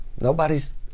Nobody's